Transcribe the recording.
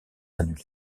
annulé